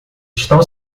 estão